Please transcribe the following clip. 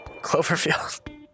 Cloverfield